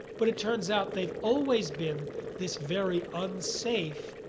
but it turns out they've always been this very unsafe,